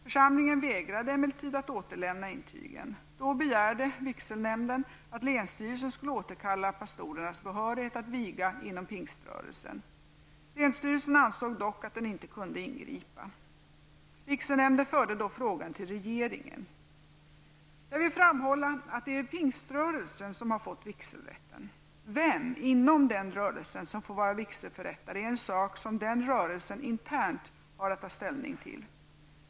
Församlingen vägrade emellertid att återlämna intygen. Då begärde vigselnämnden att länsstyrelsen skulle återkalla pastorernas behörighet att viga inom pingströrelsen. Länsstyrelsen ansåg dock att den inte kunde ingripa. Vigselnämnden förde då frågan till regeringen. Jag vill framhålla att det är pingströrelsen som har fått vigselrätten. Vem inom den rörelsen som får vara vigselförrättare är en sak som den rörelsen internt har att ta ställning till.